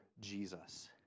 Jesus